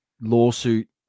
lawsuit